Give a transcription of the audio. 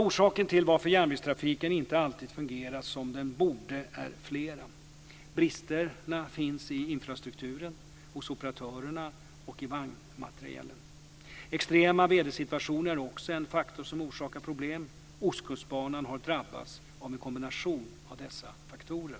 Orsakerna till att järnvägstrafiken inte alltid fungerar som den borde är flera. Bristerna finns i infrastrukturen, hos operatörerna och i vagnmaterielen. Extrema vädersituationer är också en faktor som orsakar problem. Ostkustbanan har drabbats av en kombination av dessa faktorer.